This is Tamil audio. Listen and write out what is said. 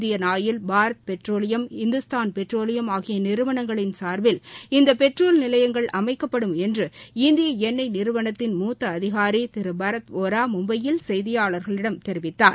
Indian oil Bharat petroleum Hindustan petroleum ஆகிய நிறுவனங்களின் சார்பில் இந்த பெட்ரோல் நிலையங்கள் அமைக்கப்படும் என்று இந்திய எண்ணெய் நிறுவனத்தின் மூத்த அதிகாரி திரு பரத் ஒரா மும்பையில் செய்தியாளர்களிடம் தெரிவித்தார்